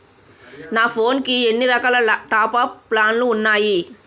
నా ఫోన్ కి ఎన్ని రకాల టాప్ అప్ ప్లాన్లు ఉన్నాయి?